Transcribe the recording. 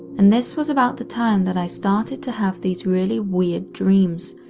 and this was about the time that i started to have these really weird dreams,